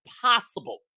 possible